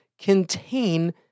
contain